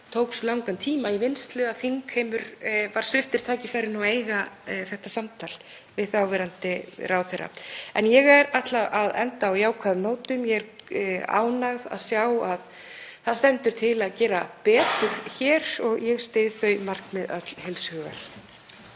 tók svo langan tíma í vinnslu að þingheimur var sviptur tækifæri á að eiga þetta samtal við þáverandi ráðherra. En ég ætla að enda á jákvæðum nótum: Ég er ánægð að sjá að það stendur til að gera betur hér og ég styð þau markmið öll heils hugar.